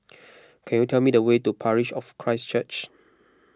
can you tell me the way to Parish of Christ Church